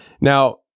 now